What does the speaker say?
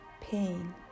pain